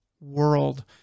world